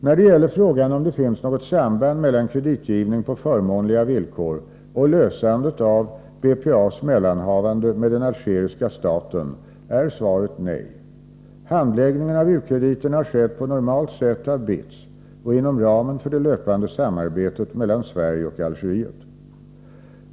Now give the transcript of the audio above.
När det gäller frågan om det finns något samband mellan kreditgivning på förmånliga villkor och lösandet av BPA:s mellanhavande med den algeriska staten är svaret nej. Handläggningen av u-krediterna har skett på normalt sätt av BITS och inom ramen för det löpande samarbetet mellan Sverige och Algeriet.